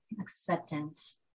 Acceptance